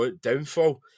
downfall